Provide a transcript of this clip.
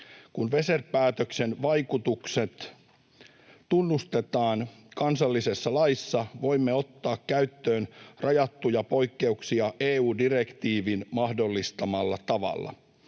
Kun Weser-päätöksen vaikutukset tunnustetaan kansallisessa laissa, voimme ottaa käyttöön rajattuja poikkeuksia EU-direktiivin mahdollistamalla tavalla.